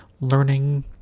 learning